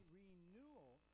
renewal